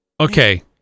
Okay